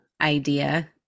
idea